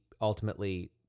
ultimately